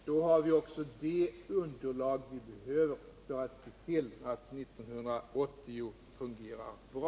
Då har vi också fått det underlag som vi behöver för att se till att det år 1980 fungerar bra.